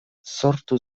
sortu